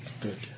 Good